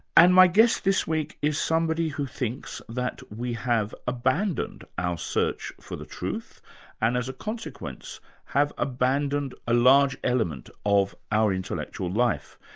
and my guest this week is somebody who thinks that we have abandoned our search for the truth and as a consequence have abandoned a large element of our intellectual life.